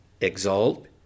Exalt